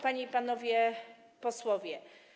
Panie i Panowie Posłowie!